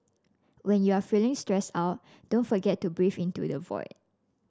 when you are feeling stressed out don't forget to breathe into the void